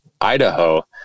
Idaho